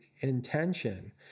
intention